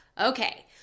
Okay